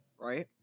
right